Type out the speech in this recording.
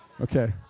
okay